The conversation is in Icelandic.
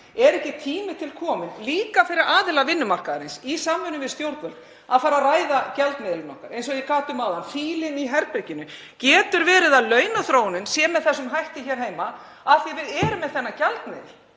Er ekki tími til kominn, líka fyrir aðila vinnumarkaðarins í samvinnu við stjórnvöld, að fara að ræða gjaldmiðilinn okkar, eins og ég gat um áðan, fílinn í herberginu? Getur verið að launaþróunin sé með þessum hætti hér heima af því að við erum með þennan gjaldmiðil?